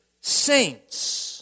saints